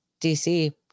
DC